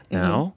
now